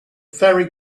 fairy